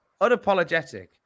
unapologetic